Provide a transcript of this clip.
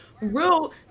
real